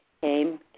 Came